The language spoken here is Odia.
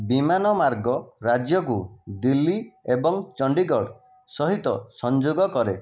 ବିମାନ ମାର୍ଗ ରାଜ୍ୟକୁ ଦିଲ୍ଲୀ ଏବଂ ଚଣ୍ଡିଗଡ଼ ସହିତ ସଂଯୋଗ କରେ